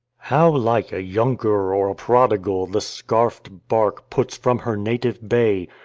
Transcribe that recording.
how like a younker or a prodigal the scarfed bark puts from her native bay,